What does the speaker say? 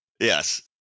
Yes